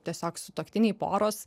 tiesiog sutuoktiniai poros